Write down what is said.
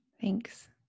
Thanks